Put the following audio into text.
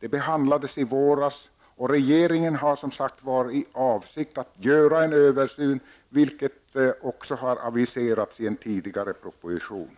behandlades i våras. Regeringen har för avsikt att göra en översyn, vilket också har aviserats i en tidigare proposition.